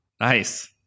Nice